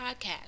podcast